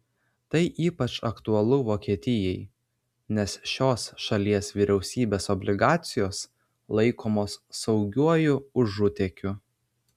tai ypač aktualu vokietijai nes šios šalies vyriausybės obligacijos laikomos saugiuoju užutėkiu